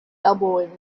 elbowing